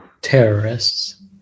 terrorists